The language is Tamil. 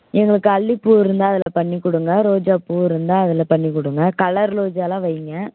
எங்களுக்கு அல்லிப்பூ இருந்தால் அதில் பண்ணிக் கொடுங்க ரோஜாப்பூ இருந்தால் அதில் பண்ணிக் கொடுங்க கலர் ரோஜாலாம் வைங்க